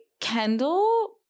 Kendall